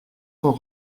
sont